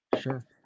Sure